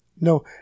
No